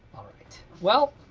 dwight well,